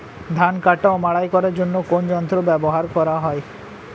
ধান কাটা ও মাড়াই করার জন্য কোন যন্ত্র ব্যবহার করা হয়?